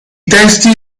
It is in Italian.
testi